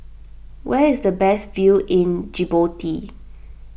where is the best view in Djibouti